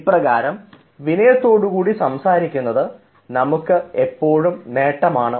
ഇപ്രകാരം വിനയത്തോടു കൂടി സംസാരിക്കുന്നത് നമുക്ക് എപ്പോഴും നേട്ടമാണ്